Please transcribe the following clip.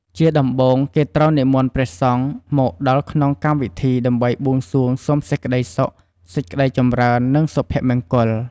ជាដំបូងគេត្រូវនិមន្តព្រះសង្ឃមកដល់ក្នុងកម្មពិធីដើម្បីបួងសួងសុំសេចក្ដីសុខ សេចក្ដីចម្រើន និងសុភមង្គល។